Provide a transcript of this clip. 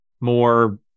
more